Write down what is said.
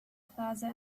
plaza